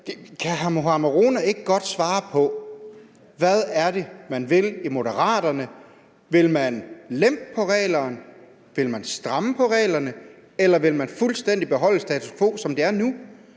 hr. Mohammad Rona ikke godt svare på, hvad det er, man vil i Moderaterne: Vil man lempe reglerne, vil man stramme reglerne, eller vil man fuldstændig beholde status quo, som det er nu?